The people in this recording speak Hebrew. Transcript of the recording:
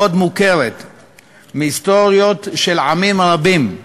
מאוד מוכרת מהיסטוריות של עמים רבים,